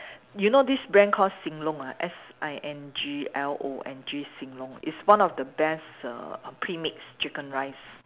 you know this brand call sing long S I N G L O N G sing long is one of the best err premix chicken rice